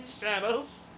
Shadows